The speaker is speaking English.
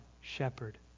shepherd